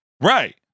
Right